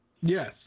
Yes